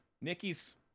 Nikki's